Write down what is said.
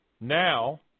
Now